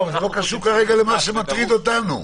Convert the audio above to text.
קשור למה שמטריד אותנו.